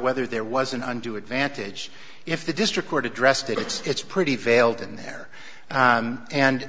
whether there was an undue advantage if the district court addressed it it's pretty failed in there and